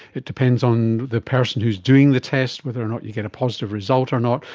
it depends on the person who's doing the test whether or not you get a positive result or not.